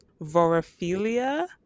vorophilia